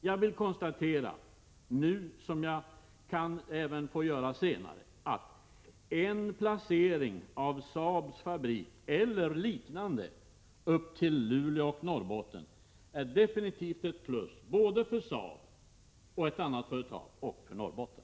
Jag vill konstatera — jag gör det nu och jag kan få göra det även senare — att en placering av Saabs fabrik eller liknande i Luleå och Norrbotten definitivt är ett plus såväl för Saab och något annat företag som för Norrbotten.